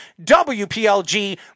WPLG